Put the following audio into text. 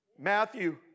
Matthew